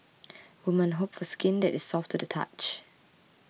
women hope for skin that is soft to the touch